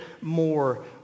more